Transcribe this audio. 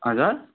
हजुर